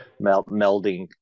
melding